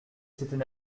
c’était